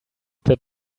that